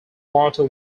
quarter